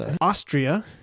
austria